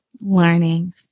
learning